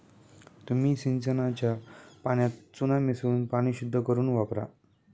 तुम्ही सिंचनाच्या पाण्यात चुना मिसळून पाणी शुद्ध करुन वापरा